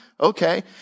Okay